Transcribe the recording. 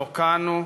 והוקענו,